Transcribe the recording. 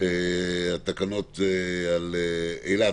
על אילת.